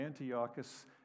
Antiochus